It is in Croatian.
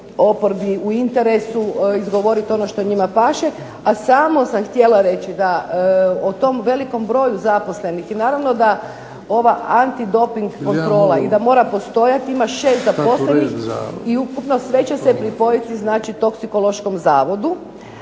oporbi u interesu izgovoriti ono što njima paše, a samo sam htjela reći da o tom velikom broju zaposlenih i naravno da ova antidoping kontrola i da mora postojati ima šest zaposlenih i ukupno sve će se pripojiti, znači Toksikološkom zavodu.